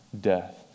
death